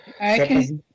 Okay